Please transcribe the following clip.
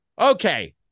Okay